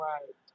Right